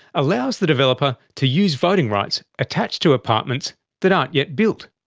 allows the developer to use voting rights attached to apartments that aren't yet built.